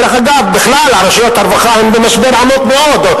דרך אגב, רשויות הרווחה במשבר עמוק מאוד.